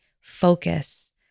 Focus